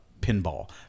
pinball